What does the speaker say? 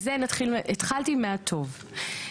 אז זה התחלתי מהטוב.